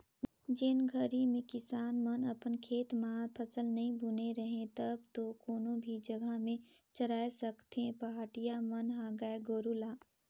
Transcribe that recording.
जेन घरी में किसान मन अपन खेत म फसल नइ बुने रहें तब तो कोनो भी जघा में चराय सकथें पहाटिया मन ह गाय गोरु ल